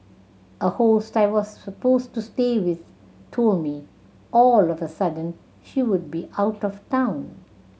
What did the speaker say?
a host I was supposed to stay with told me all of a sudden she would be out of town